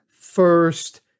first